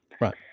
Right